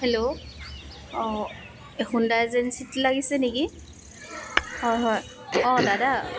hello অঁ এই হোণ্ডাই এজেঞ্চীত লাগিছে নেকি হয় হয় অঁ দাদা